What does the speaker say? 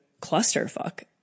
clusterfuck